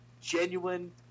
genuine